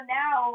now